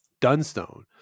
Dunstone